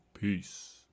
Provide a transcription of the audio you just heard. peace